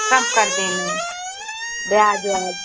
सब कर देना ब्याज व्याज